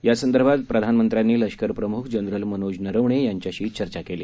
यासंदर्भात प्रधानमंत्र्यांनी लष्करप्रम्ख जनरल मनोज नरवणे यांच्याशी चर्चा केली